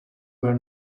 were